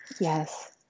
Yes